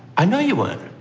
i know you weren't.